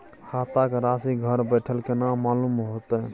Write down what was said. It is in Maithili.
खाता के राशि घर बेठल केना मालूम होते?